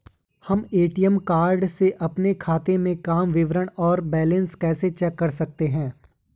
हम ATM card से अपने खाते काम विवरण और बैलेंस कैसे चेक कर सकते हैं?